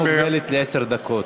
התשובה מוגבלת לעשר דקות.